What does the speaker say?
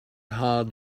hard